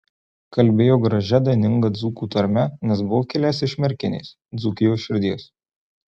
kalbėjo gražia daininga dzūkų tarme nes buvo kilęs iš merkinės dzūkijos širdies